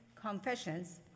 confessions